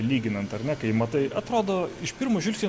lyginant ar ne kai matai atrodo iš pirmo žvilgsnio